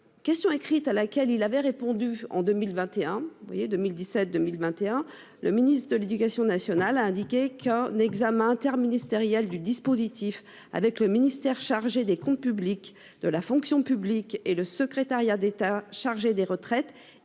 Question écrite à laquelle il avait répondu en 2021 vous voyez 2017 2021. Le ministre de l'Éducation nationale a indiqué qu'un examen interministériel du dispositif avec le ministère chargé des Comptes publics, de la fonction publique et le secrétariat d'État chargé des retraites